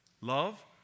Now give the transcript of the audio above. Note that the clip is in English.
Love